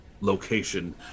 location